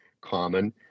common